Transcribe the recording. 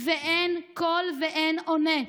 ואין קול ואין עונה.